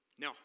No